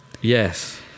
yes